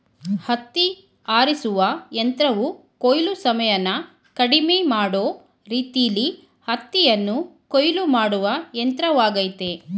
ಹತ್ತಿ ಆರಿಸುವ ಯಂತ್ರವು ಕೊಯ್ಲು ಸಮಯನ ಕಡಿಮೆ ಮಾಡೋ ರೀತಿಲೀ ಹತ್ತಿಯನ್ನು ಕೊಯ್ಲು ಮಾಡುವ ಯಂತ್ರವಾಗಯ್ತೆ